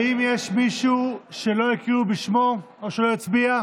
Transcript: האם יש מישהו שלא הקריאו בשמו או שלא הצביע?